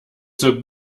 zur